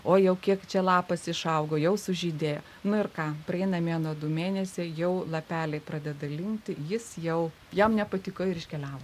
o jau kiek čia lapas išaugo jau sužydėjo nu ir ką praeina mėnuo du mėnesiai jau lapeliai pradeda linkti jis jau jam nepatiko ir iškeliavo